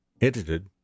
Edited